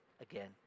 again